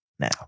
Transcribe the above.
Now